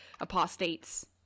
apostates